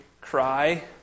cry